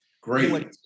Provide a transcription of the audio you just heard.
Great